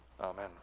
Amen